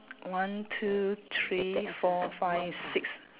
one two three four five six